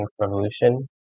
revolution